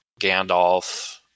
Gandalf